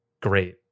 great